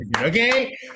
Okay